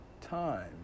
time